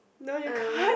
no you can't